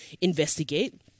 investigate